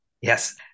Yes